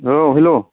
औ हेल्ल'